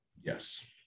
Yes